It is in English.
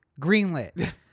greenlit